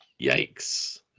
yikes